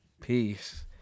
Peace